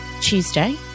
Tuesday